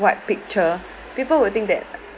white picture people will think that